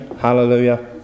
hallelujah